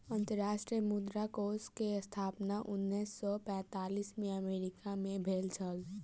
अंतर्राष्ट्रीय मुद्रा कोष के स्थापना उन्नैस सौ पैंतालीस में अमेरिका मे भेल छल